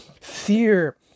fear